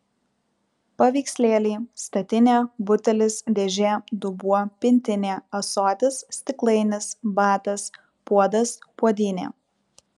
paveikslėliai statinė butelis dėžė dubuo pintinė ąsotis stiklainis batas puodas puodynė